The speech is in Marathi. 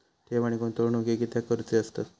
ठेव आणि गुंतवणूक हे कित्याक करुचे असतत?